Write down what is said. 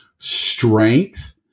strength